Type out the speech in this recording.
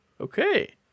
Okay